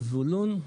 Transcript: זבולון?